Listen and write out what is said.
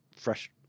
fresh